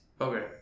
Okay